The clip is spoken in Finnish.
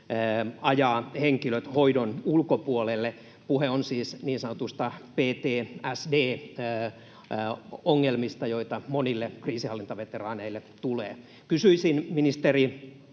ajaa henkilöt hoidon ulkopuolelle. Puhe on siis niin sanotuista PTSD-ongelmista, joita monille kriisinhallintaveteraaneille tulee. Kysyisin ministeri